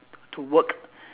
to work